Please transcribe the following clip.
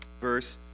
Verse